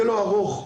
יהיה ארוך.